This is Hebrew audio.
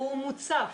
הוא מוצף.